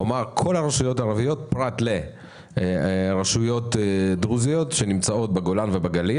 הוא אמר שכל הרשויות הערביות פרט לרשויות דרוזיות שנמצאות בגולן ובגליל.